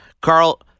Carl